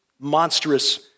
monstrous